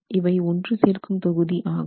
இவை ஒன்று சேர்க்கும் தொகுதி ஆகும்